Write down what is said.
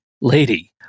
lady